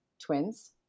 twins